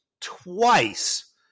twice